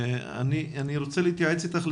אני רוצה להתייעץ אתך.